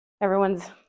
everyone's